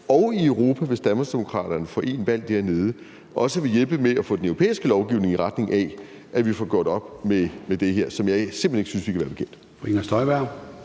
og i Europa, hvis Danmarksdemokraterne får en valgt dernede, også vil hjælpe med at få den europæiske lovgivning i retning af, at vi får gjort op med det her, som jeg simpelt hen ikke synes vi kan være bekendt.